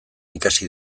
ikasi